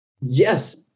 Yes